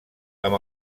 amb